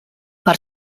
per